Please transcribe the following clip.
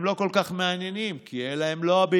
הם לא כל כך מעניינים, כי אין להם לובי,